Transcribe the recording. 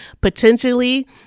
potentially